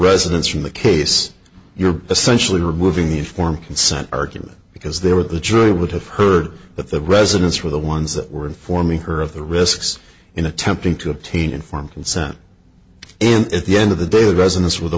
residence from the case you're essentially removing the informed consent argument because they were the jury would have heard that the residents were the ones that were informing her of the risks in attempting to obtain informed consent and at the end of the day the residents were the